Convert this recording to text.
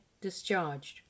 Discharged